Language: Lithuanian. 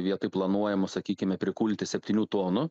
vietoj planuojamų sakykime prikulti septynių tonų